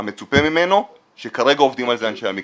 המצופה ממנו שכרגע עובדים על זה אנשי המקצוע.